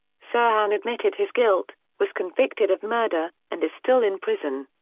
sirhan admitted his guilt, was convicted of murder, and is still in prison.